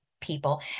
people